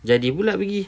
jadi pula pergi